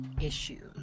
Issues